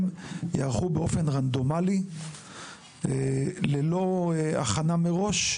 יערכו באופן רנדומלי ללא הכנה מראש,